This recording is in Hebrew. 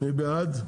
מי בעד?